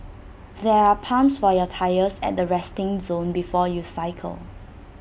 there are pumps for your tyres at the resting zone before you cycle